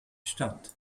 statt